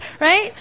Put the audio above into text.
right